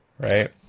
Right